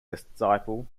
disciple